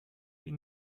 wie